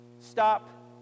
Stop